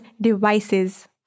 devices